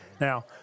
Now